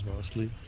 mostly